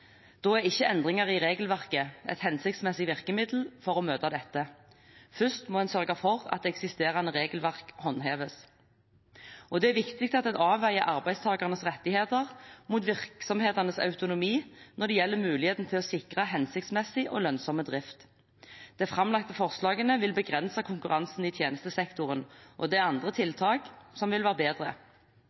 Da er ikke endringer i regelverket et hensiktsmessig virkemiddel for å møte dette. Først må en sørge for at eksisterende regelverk håndheves. Det er viktig at en avveier arbeidstakernes rettigheter mot virksomhetenes autonomi når det gjelder muligheten til å sikre hensiktsmessig og lønnsom drift. De framlagte forslagene vil begrense konkurransen i tjenestesektoren, og det er andre tiltak som vil være bedre.